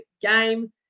game